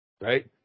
Right